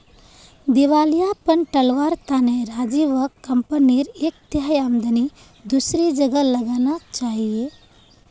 दिवालियापन टलवार तने राजीवक कंपनीर एक तिहाई आमदनी दूसरी जगह लगाना चाहिए